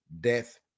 death